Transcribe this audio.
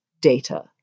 data